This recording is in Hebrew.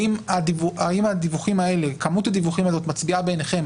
האם כמות הדיווחים הזאת מצביעה בעיניכם